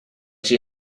she